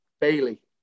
Bailey